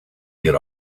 get